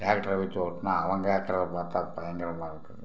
ட்ராக்டரை வச்சு ஓட்டினா அவன் கேட்கறதப் பார்த்தா பயங்கரமாக இருக்குது